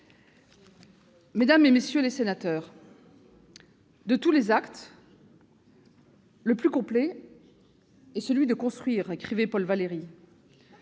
Mesdames, messieurs les sénateurs, « de tous les actes, le plus complet est celui de construire », écrivait Paul Valéry.